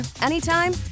anytime